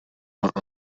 vingt